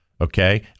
okay